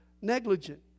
negligent